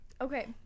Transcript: Okay